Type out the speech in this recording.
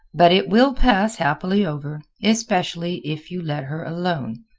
but it will pass happily over, especially if you let her alone.